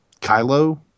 kylo